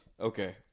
okay